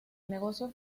negocio